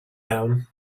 down